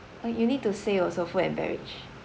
but you need to say also food and beverage